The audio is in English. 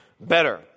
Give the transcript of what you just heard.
Better